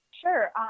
Sure